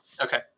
Okay